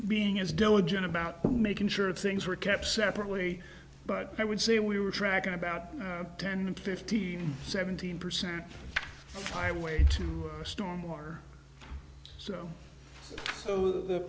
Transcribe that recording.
being as diligent about making sure things were kept separately but i would say we were tracking about ten fifteen seventeen percent highway to a storm or so over the